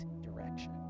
direction